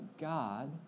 God